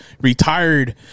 retired